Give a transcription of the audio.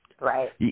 Right